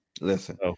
Listen